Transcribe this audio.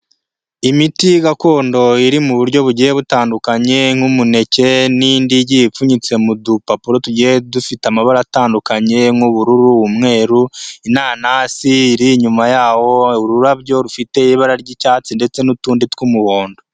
Imiti gakondo iri mu buryo bugiye butandukanye, nk'umuneke n'indi igiye ipfunyitse mu dupapuro tugiye dufite amabara atandukanye nk'ubururu, umweru, inanasi iri inyuma yaho, ururabyo rufite ibara ry'icyatsi ndetse n'utundi tw'umuhondo.